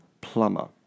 plumber